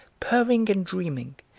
purring and dreaming,